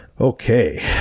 Okay